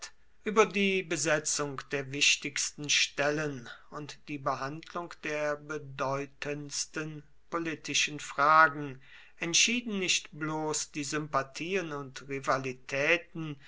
über die besetzung der wichtigsten stellen und die behandlung der bedeutendsten politischen fragen entschieden nicht bloß die sympathien und rivalitäten